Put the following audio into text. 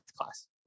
class